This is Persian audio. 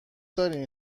دارین